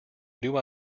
new